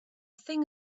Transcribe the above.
thing